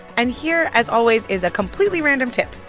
and here, as always, is a completely random tip,